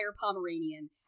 Pomeranian